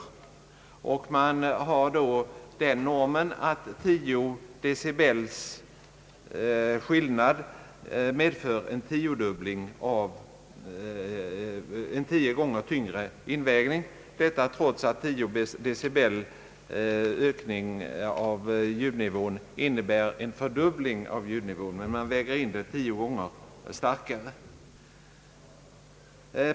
Normen är att 10 decibels skillnad medför en tio gånger tyngre invägning, detta trots att en ökning med 10 decibel bara innebär en fördubbling av ljudnivån.